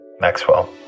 Maxwell